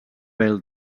vel